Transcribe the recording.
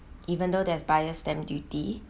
even though there's buyer's stamp duty